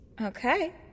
Okay